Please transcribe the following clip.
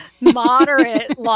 moderate